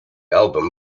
album